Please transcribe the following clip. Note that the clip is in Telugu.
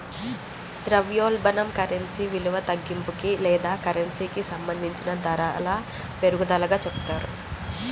ద్రవ్యోల్బణం కరెన్సీ విలువ తగ్గింపుకి లేదా కరెన్సీకి సంబంధించిన ధరల పెరుగుదలగా చెప్తారు